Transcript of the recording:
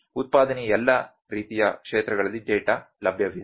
ಉತ್ಪಾದನೆಯ ಎಲ್ಲಾ ರೀತಿಯ ಕ್ಷೇತ್ರಗಳಲ್ಲಿ ಡೇಟಾ ಲಭ್ಯವಿದೆ